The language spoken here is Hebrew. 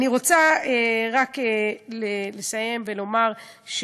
אני רוצה רק לסיים ולומר,